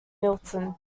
milton